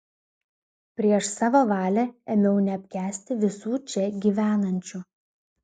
prieš savo valią ėmiau neapkęsti visų čia gyvenančių